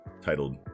titled